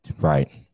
Right